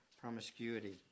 promiscuity